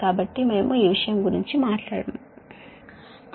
కాబట్టి మనము ఈ విషయం గురించి మాట్లాడటం లేదు